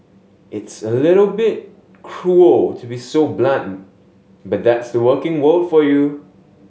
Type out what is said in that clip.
it's a little bit cruel to be so blunt but that's the working world for you